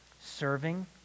serving